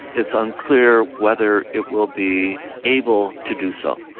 it's unclear whether it will be able to do so.